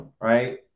Right